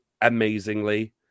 amazingly